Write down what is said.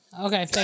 Okay